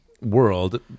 world